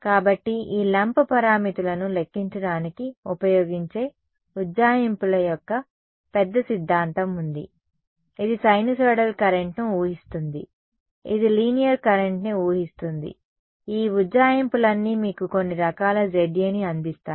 కాబట్టి ఈ లంప్ పారామితులను లెక్కించడానికి ఉపయోగించే ఉజ్జాయింపుల యొక్క పెద్ద సిద్ధాంతం ఉంది ఇది సైనూసోయిడల్ కరెంట్ను ఊహిస్తుంది ఇది లీనియర్ కరెంట్ని ఊహిస్తుంది ఈ ఉజ్జాయింపులన్నీ మీకు కొన్ని రకాల Za ని అందిస్తాయి